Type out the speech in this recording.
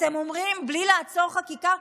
אתם אומרים: בלי לעצור חקיקה,